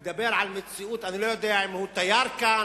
הוא מדבר על מציאות, אני לא יודע אם הוא תייר כאן.